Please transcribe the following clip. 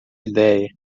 ideia